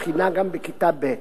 בחינה גם בכיתה ב'.